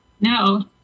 No